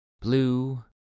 blue